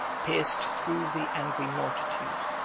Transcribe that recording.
pierced through the angry multitude,